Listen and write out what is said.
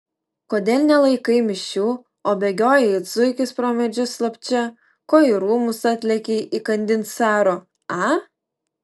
kodėl nelaikai mišių o bėgioji it zuikis pro medžius slapčia ko į rūmus atlėkei įkandin caro a